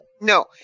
No